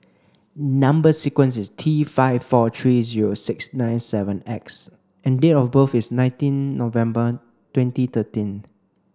number sequence is T five four three zero six nine seven X and date of birth is nineteen November twenty thirteen